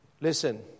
Listen